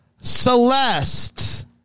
Celeste